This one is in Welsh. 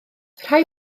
rhai